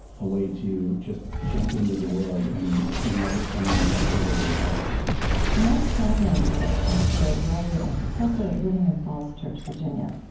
a way to just jump into the world and let it come at me with whatever it had mike stavlund is a pastor, writer, and professor living in falls church, virginia.